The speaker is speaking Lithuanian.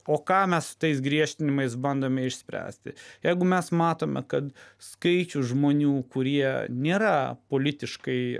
o ką mes su tais griežtinimais bandome išspręsti jeigu mes matome kad skaičių žmonių kurie nėra politiškai